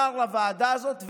שר לוועדה הזאת,